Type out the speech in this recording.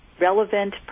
relevant